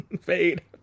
fade